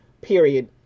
period